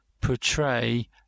portray